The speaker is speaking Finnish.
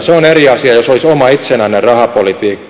se on eri asia jos olisi oma itsenäinen rahapolitiikka